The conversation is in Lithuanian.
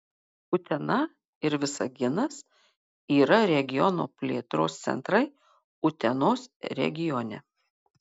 utena ir visaginas yra regiono plėtros centrai utenos regione